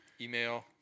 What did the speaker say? Email